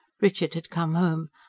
richard had come home,